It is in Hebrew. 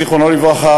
זיכרונו לברכה,